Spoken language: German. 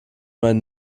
meine